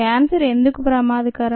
cancer ఎందుకు ప్రమాదకరం